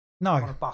No